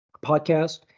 podcast